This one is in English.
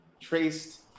traced